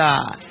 God